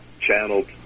channeled